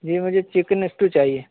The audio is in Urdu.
جی مجھے چکن اسٹو چاہیے